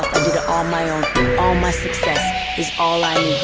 um my own all my success is all i